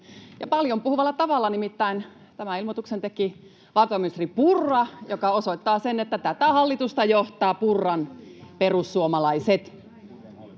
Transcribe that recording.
paljon puhuvalla tavalla, nimittäin tämän ilmoituksen teki valtiovarainministeri Purra, mikä osoittaa sen, että tätä hallitusta johtaa Purran perussuomalaiset.